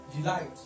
delight